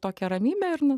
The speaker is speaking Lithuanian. tokią ramybę ir nu